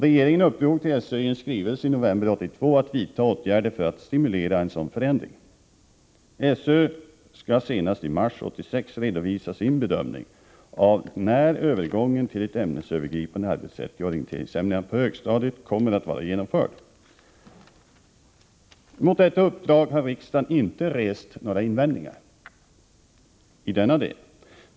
Regeringen uppdrog åt SÖ i en skrivelse i november 1982 att vidta åtgärder för att stimulera en sådan förändring. SÖ skall senast i mars 1986 redovisa sin bedömning av när övergången till ett ämnesövergripande arbetssätt i orienteringsämnena på högstadiet kommer att vara genomförd. Mot detta uppdrag har riksdagen inte rest några invändningar i denna del.